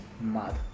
mad